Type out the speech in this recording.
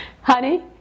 Honey